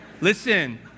listen